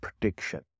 prediction